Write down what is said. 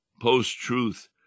post-truth